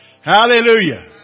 Hallelujah